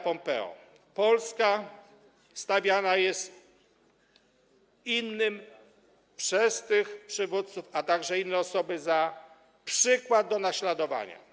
Polska stawiana jest innym przez tych przywódców, a także inne osoby, za przykład do naśladowania.